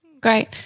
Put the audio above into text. Great